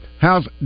how's